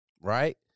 right